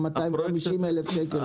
הפרויקט של 250,000 שקל?